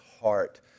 heart